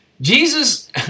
Jesus